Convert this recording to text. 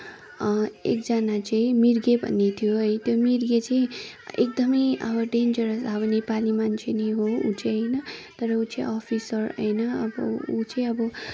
एकजना चाहिँ मिर्गे भन्ने थियो है त्यो मिर्गे चाहिँ एकदमै अब डेन्जरेस अब नेपाली मान्छे नै हो ऊ चाहिँ होइन तर ऊ चाहिँ अफिसर होइन अब ऊ चाहिँ अब